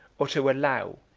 or to allow,